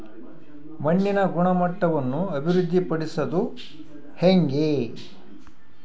ಮಣ್ಣಿನ ಗುಣಮಟ್ಟವನ್ನು ಅಭಿವೃದ್ಧಿ ಪಡಿಸದು ಹೆಂಗೆ?